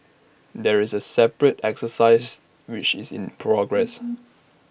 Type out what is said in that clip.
there is A separate exercise which is in progress